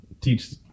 Teach